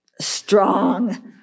strong